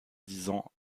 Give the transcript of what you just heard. disant